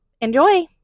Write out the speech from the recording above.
Enjoy